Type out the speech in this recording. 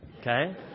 Okay